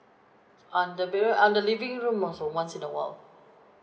on the bedroom on the living room also once in a while